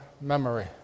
memory